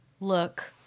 look